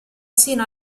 sino